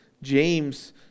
James